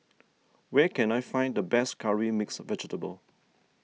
where can I find the best Curry Mixed Vegetable